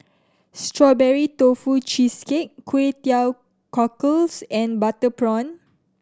Strawberry Tofu Cheesecake Kway Teow Cockles and butter prawn